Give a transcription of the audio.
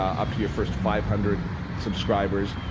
up to your first five hundred subscribers,